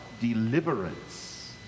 deliverance